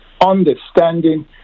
understanding